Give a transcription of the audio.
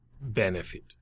benefit